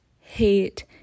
hate